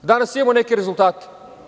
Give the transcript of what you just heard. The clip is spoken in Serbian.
Danas imamo neke rezultate.